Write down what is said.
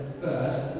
first